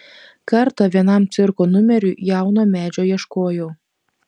kartą vienam cirko numeriui jauno medžio ieškojau